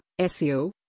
SEO